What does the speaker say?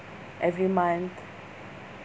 every month